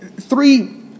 Three